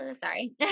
Sorry